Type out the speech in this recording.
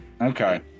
okay